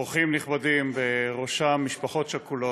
אורחים נכבדים ובראשם משפחות שכולות,